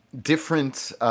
different